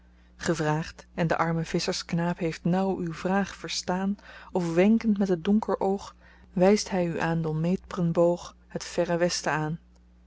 vraagt en de arme visschersknaap heeft nauw uw vraag verstaan of wenkend met het donker oog wyst hy u aan d'onmeetbren boog het verre westen aan